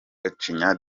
gacinya